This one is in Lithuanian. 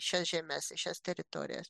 šias žemes šias teritorijas